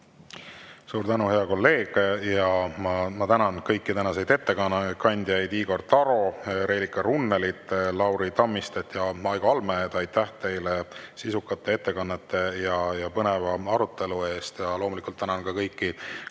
Suur tänu, hea kolleeg! Ma tänan kõiki tänaseid ettekandjaid: Igor Taro, Reelika Runnelit, Lauri Tammistet ja Aigo Allmäed! Aitäh teile sisukate ettekannete ja põneva arutelu eest! Ja loomulikult tänan ka kõiki